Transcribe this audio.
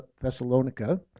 Thessalonica